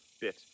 bit